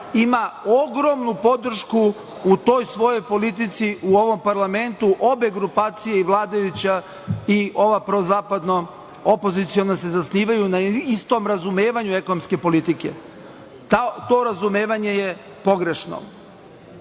ima ogromnu podršku u toj svojoj politici u ovom parlamentu obe grupacije i vladajuća i ova prozapadno opoziciona se zasnivaju na istom razumevanju ekonomske politike. To razumevanje je pogrešno. Ovde